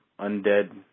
undead